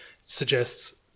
suggests